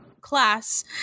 class